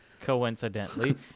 coincidentally